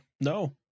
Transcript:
no